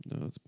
no